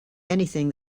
anything